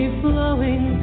flowing